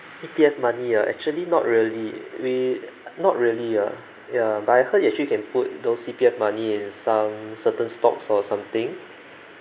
C_P_F money ah actually not really we not really ah yeah but I heard you actually can put those C_P_F money in some certain stocks or something